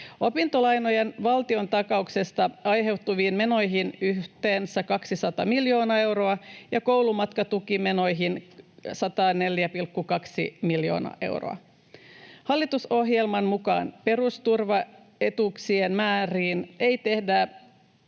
opintolainojen valtiontakauksesta aiheutuviin menoihin yhteensä 200 miljoonaa euroa ja koulumatkatukimenoihin 104,2 miljoonaa euroa. Hallitusohjelman mukaan perusturvaetuuksien määriin ei tehdä